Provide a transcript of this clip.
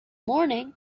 morning